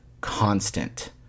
constant